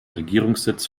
regierungssitz